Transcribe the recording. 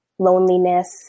loneliness